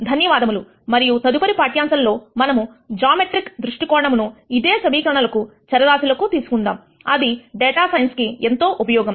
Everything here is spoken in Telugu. ధన్యవాదములు మరియు తదుపరి పాఠ్యాంశంలో మనము జామెట్రిక్ దృష్టి కోణమును ఇదే సమీకరణలకు మరియు చరరాశులకు తీసుకుందాం అది డేటా సైన్స్ కి ఎంతో ఉపయోగం